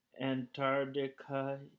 Antarctica